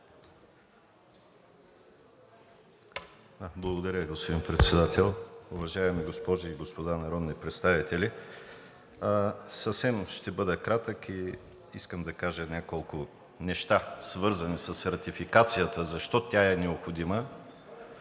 Благодаря Ви, господин Председател. Уважаеми госпожи и господа народни представители, ще бъда съвсем кратък. Искам да кажа няколко неща, свързани с ратификацията – защо тя е необходима.